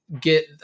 get